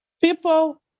People